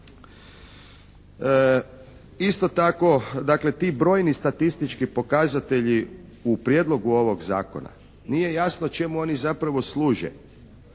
Isto tako dakle ti brojni statistički pokazatelji u prijedlogu ovog zakona nije jasno čemu oni zapravo služe.